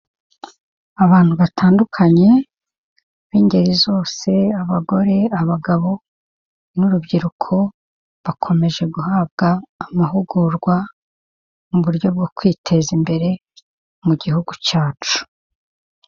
Abantu batandukanye b'ingeri zose: abagore, abagabo n'urubyiruko, bakomeje guhabwa amahugurwa, mu buryo bwo kwiteza imbere mu gihugu cyacu.